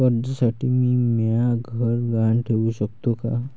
कर्जसाठी मी म्हाय घर गहान ठेवू सकतो का